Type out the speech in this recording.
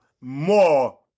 more